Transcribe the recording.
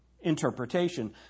interpretation